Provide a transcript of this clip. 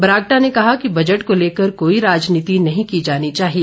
बरागटा ने कहा कि बजट को लेकर कोई राजनीति नही की जानी चाहिए